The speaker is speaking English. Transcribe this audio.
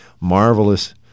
marvelous